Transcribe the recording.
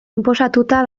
inposatuta